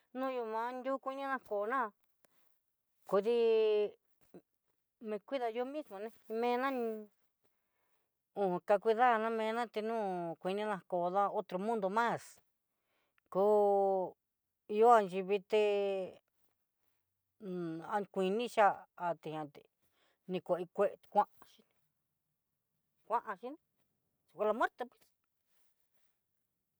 No yan man dukunina koná kuidi me cuida yo mismo né mena ni on ka cuidarna mena tinóo, kuinina toda otro mundo más koo ihon ayivii, té akuini cha'a a té até ni kue kue kuanxhi ni kuanxhi ni se fue la muerte pues.